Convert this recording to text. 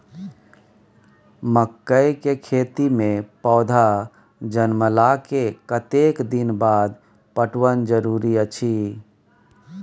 मकई के खेती मे पौधा जनमला के कतेक दिन बाद पटवन जरूरी अछि?